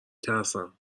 ترسم